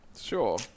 Sure